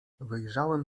wyjrzałem